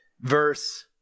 verse